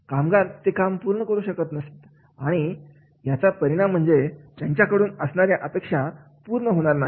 कामगार ते काम पूर्ण करू शकणार नाहीत आणि याचा परिणाम म्हणजे त्यांच्याकडून असणाऱ्या अपेक्षा पूर्ण होणार नाहीत